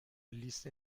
لیست